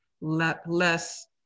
less